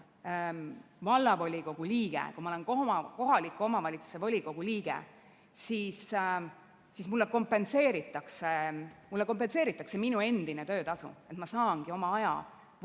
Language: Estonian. Kui ma olen vallavolikogu liige, ma olen kohaliku omavalitsuse volikogu liige, siis mulle kompenseeritakse minu endine töötasu. Ma saangi oma aja võtta selleks,